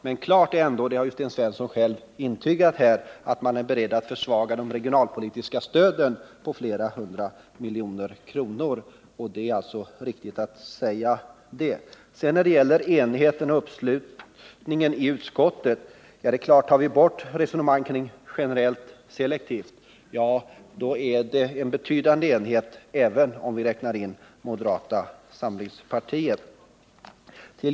Men klart är ändå, och det har Sten Svensson själv intygat här, att man är beredd att försvaga de regionalpolitiska stöden med flera hundra miljoner kronor. Det är alltså riktigt att tillägga det. När det sedan gäller enigheten och uppslutningen i utskottet är det klart att om vi tar bort resonemanget kring generellt-selektivt, så är det en betydande enighet även om vi räknar in moderata samlingspartiet.